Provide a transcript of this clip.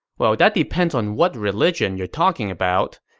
well, that depends on what religion you're talking about.